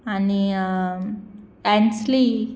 आनी टेन्सली